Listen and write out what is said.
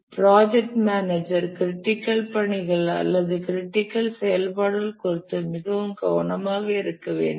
project manager critical பணிகள் அல்லது critical செயல்பாடுகள் குறித்து மிகவும் கவனமாக இருக்க வேண்டும்